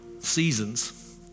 seasons